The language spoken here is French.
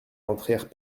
entrèrent